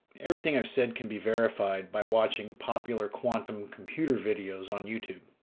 everything i've said can be verified by watching popular quantum computer videos on youtube.